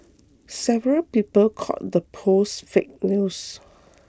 several people called the post fake news